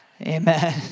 Amen